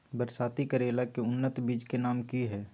बरसाती करेला के उन्नत बिज के नाम की हैय?